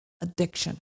addiction